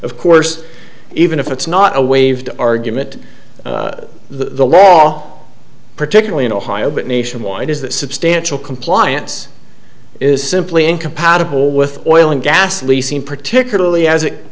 of course even if it's not a waved argument the law particularly in ohio but nationwide is that substantial compliance is simply incompatible with oil and gas leasing particularly as it